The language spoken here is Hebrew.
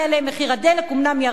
מחיר הדלק אומנם ירד,